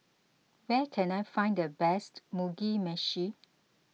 where can I find the best Mugi Meshi